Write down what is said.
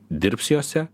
dirbs jose